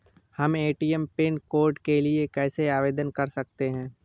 हम ATM pin code के लिए कैसे आवेदन कर सकते हैं?